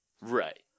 Right